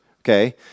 okay